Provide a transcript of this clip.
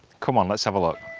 come on let's have a look.